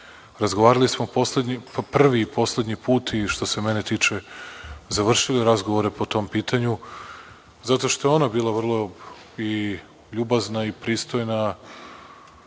poslednji put, prvi i poslednji put i što se mene tiče završili razgovore po tom pitanju zato što je ona bila vrlo i ljubazna i pristojna,